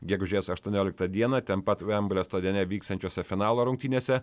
gegužės aštuonioliktą dieną ten pat vemblio stadione vyksiančiose finalo rungtynėse